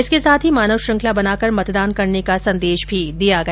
इसके साथ ही मानव श्रेखंला बनाकर मतदान करने का संदेश भी दिया गया